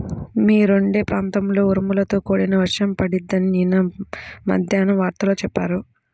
మీరుండే ప్రాంతంలో ఉరుములతో కూడిన వర్షం పడిద్దని నిన్న మద్దేన్నం వార్తల్లో చెప్పారు